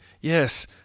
Yes